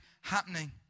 happening